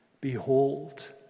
Behold